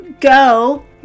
go